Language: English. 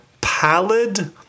pallid